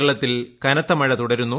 കേരളത്തിൽ കനത്ത മഴ തുടരുന്നു